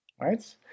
right